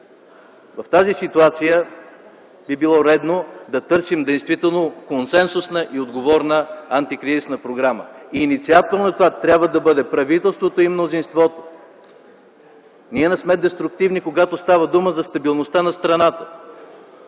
В тази ситуация би било редно да търсим действително консенсусна и отговорна антикризисна програма и инициатор на това трябва да бъдат правителството и мнозинството. Ние не сме деструктивни, когато става дума за стабилността на страната,